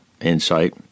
insight